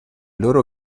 loro